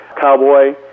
cowboy